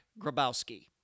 Grabowski